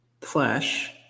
Flash